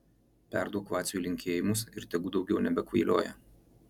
perduok vaciui linkėjimus ir tegu daugiau nebekvailioja